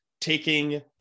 taking